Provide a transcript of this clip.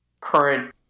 current